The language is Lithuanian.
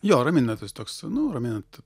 jo raminantis toks nu raminant